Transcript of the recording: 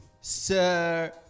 Sir